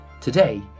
Today